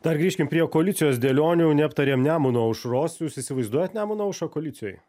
dar grįžkim prie koalicijos dėlionių neaptarėm nemuno aušros jūs įsivaizduojat nemuno aušrą koalicijoj